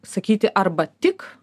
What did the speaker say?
sakyti arba tik